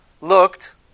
looked